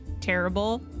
terrible